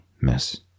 miss